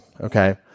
okay